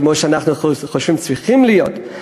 כמו שאנחנו חושבים שצריכות להיות,